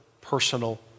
personal